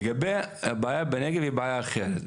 לגבי הבעיה בנגב היא בעיה אחרת,